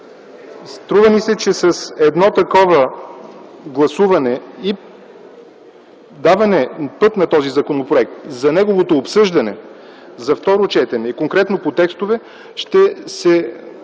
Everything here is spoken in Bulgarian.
Струва ни се, че с едно такова гласуване и даване път на този законопроект, за неговото обсъждане за второ четене и конкретно по текстове, ще се